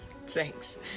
Thanks